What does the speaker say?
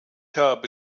habe